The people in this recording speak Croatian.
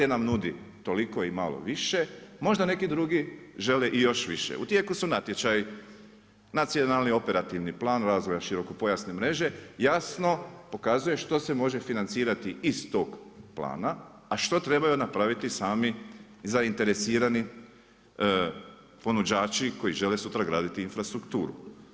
HT nam nudi toliko i malo više, možda neki drugi žele i još više, u tijeku su natječaji, nacionalni operativni plan, razvoja širokopojasne mreže, jasno pokazuje što se može financirati iz tog plana, a što trebaju napraviti sami zainteresirani ponuđači koji žele sutra graditi infrastrukturu.